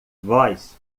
voz